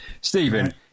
Stephen